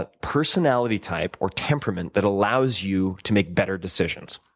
ah personality type or temperament that allows you to make better decisions?